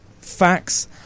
facts